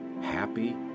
Happy